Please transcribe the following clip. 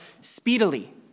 speedily